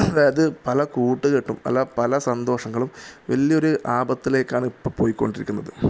അതായത് പല കൂട്ടുകെട്ടും പല പല സന്തോഷങ്ങളും വലിയവർ ആപത്തിലേക്കാണ് ഇപ്പം പോയി കൊണ്ടിരിക്കുന്നത്